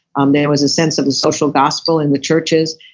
um there was a sense of a social gospel in the churches.